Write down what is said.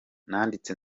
nanditse